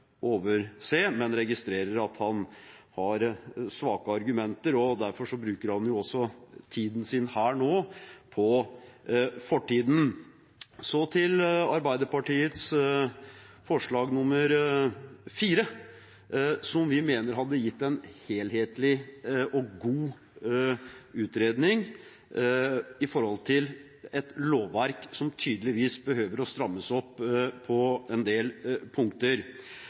overse, men registrerer at han har svake argumenter, og derfor bruker han tiden sin her nå på fortiden. Så til Arbeiderpartiets forslag nr. 4, som vi mener hadde gitt en helhetlig og god utredning med tanke på et lovverk som tydeligvis behøver å strammes opp på en del punkter: